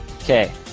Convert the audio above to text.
Okay